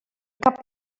cap